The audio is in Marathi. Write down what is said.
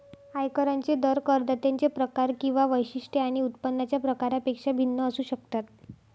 आयकरांचे दर करदात्यांचे प्रकार किंवा वैशिष्ट्ये आणि उत्पन्नाच्या प्रकारापेक्षा भिन्न असू शकतात